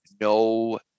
no